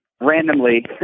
randomly